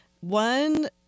one